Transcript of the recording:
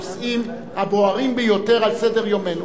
להתייחס לכמה מהנושאים הבוערים ביותר על סדר-יומנו.